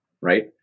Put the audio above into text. right